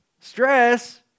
Stress